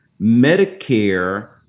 Medicare